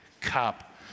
cup